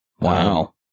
Wow